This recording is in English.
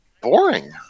boring